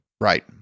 Right